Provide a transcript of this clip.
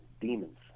demons